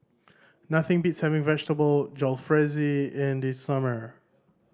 nothing beats having Vegetable Jalfrezi in the summer